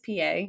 PA